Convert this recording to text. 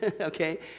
Okay